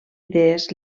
idees